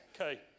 Okay